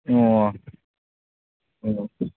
ꯑꯣ ꯑꯣ